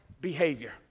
behavior